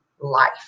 life